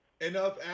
enough